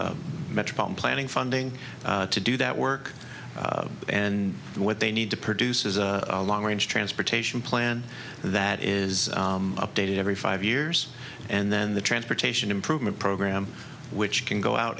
metropolitan planning funding to do that work and what they need to produce is a long range transportation plan that is updated every five years and then the transportation improvement program which can go out